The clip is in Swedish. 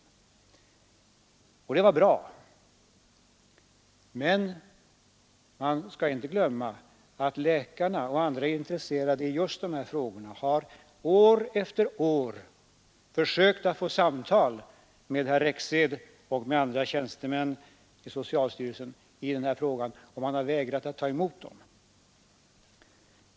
Och det var bra. Men vi skall inte glömma att läkare och andra intresserade i dessa frågor år efter år har försökt få ett samtal med herr Rexed och andra tjänstemän i socialstyrelsen i denna fråga, men man har vägrat ta emot dem.